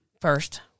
first